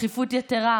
בדחיפות יתרה,